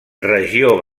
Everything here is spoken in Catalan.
regió